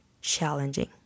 challenging